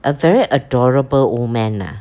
a very adorable old man lah